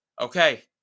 Okay